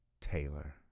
Taylor